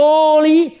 Holy